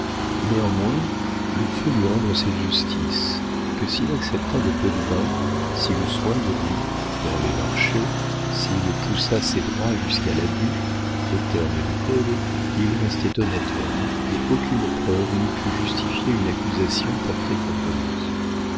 néanmoins il faut lui rendre cette justice que s'il accepta des pots de vin s'il eut soin de lui dans les marchés s'il poussa ses droits jusqu'à l'abus aux termes du code il restait honnête homme et aucune preuve n'eût pu justifier une accusation portée contre lui